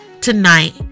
Tonight